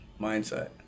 mindset